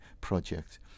project